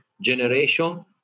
generation